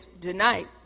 tonight